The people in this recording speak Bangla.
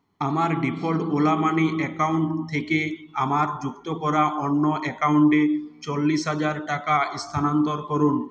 আমার ডিফল্ট ওলা মানি অ্যাকাউন্ট থেকে আমার যুক্ত করা অন্য অ্যাকাউন্টে চল্লিশ হাজার টাকা স্থানান্তর করুন